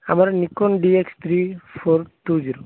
ଆମର Nikon D X three four two zero